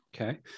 Okay